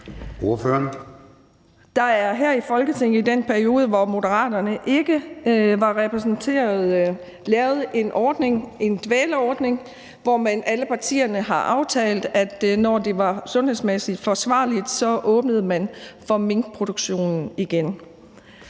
Der er her i Folketinget i den periode, hvor Moderaterne ikke var repræsenteret, lavet en ordning, en dvaleordning, hvor alle partierne har aftalt, at når det var sundhedsmæssigt forsvarligt, åbnede man for minkproduktionen igen.